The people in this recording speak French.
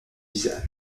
visages